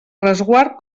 resguard